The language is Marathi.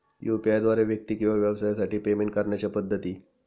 यू.पी.आय द्वारे व्यक्ती किंवा व्यवसायांसाठी पेमेंट करण्याच्या पद्धती